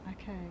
okay